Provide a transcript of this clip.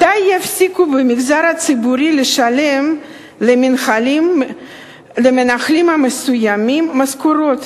מתי יפסיקו במגזר הציבורי לשלם למנהלים מסוימים משכורות